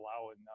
allowing